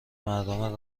مردم